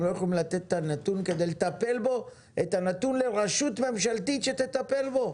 הם לא יכולים לתת את הנתון לרשות ממשלתית כדי שתוכל לטפל בו?